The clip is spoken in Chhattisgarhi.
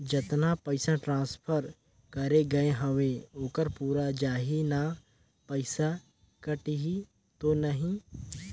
जतना पइसा ट्रांसफर करे गये हवे ओकर पूरा जाही न पइसा कटही तो नहीं?